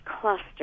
cluster